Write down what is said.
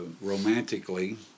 romantically